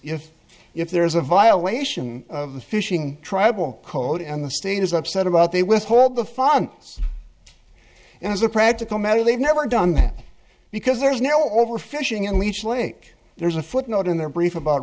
if if there is a violation of the fishing tribal code and the state is upset about they withhold the fun and as a practical matter they've never done that because there's no overfishing in leech lake there's a footnote in their brief about